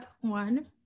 one